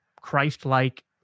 Christ-like